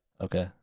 Okay